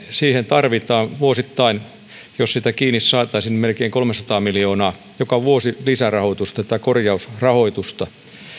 siihen tarvitaan vuosittain jos sitä kiinni saataisiin melkein kolmesataa miljoonaa joka vuosi korjausrahoitusta